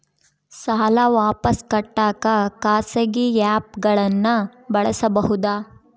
ಸಾಲ ವಾಪಸ್ ಕಟ್ಟಕ ಖಾಸಗಿ ಆ್ಯಪ್ ಗಳನ್ನ ಬಳಸಬಹದಾ?